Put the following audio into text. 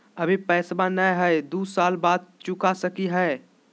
अभि पैसबा नय हय, दू साल बाद चुका सकी हय?